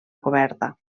coberta